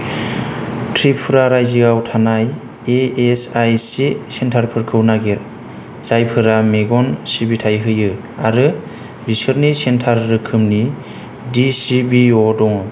त्रिपुरा रायजोआव थानाय इएसआइसि सेन्टारफोरखौ नागिर जायफोरा मेगन सिबिथाय होयो आरो बिसोरनि सेन्टार रोखोमनि डिचिबिअ दं